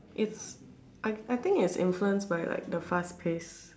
it's I I think it's influence by the fast pace